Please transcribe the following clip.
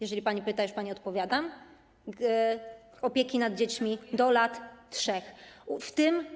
jeżeli pani pyta, już pani odpowiadam, opieki nad dziećmi do lat 3.